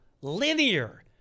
linear